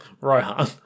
Rohan